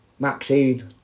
Maxine